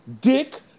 dick